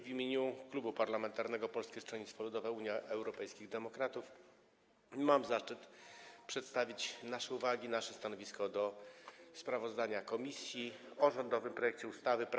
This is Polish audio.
W imieniu Klubu Parlamentarnego Polskiego Stronnictwa Ludowego - Unii Europejskich Demokratów mam zaszczyt przedstawić nasze uwagi, nasze stanowisko wobec sprawozdania komisji o rządowym projekcie ustawy o zmianie